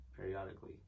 periodically